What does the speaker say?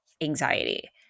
anxiety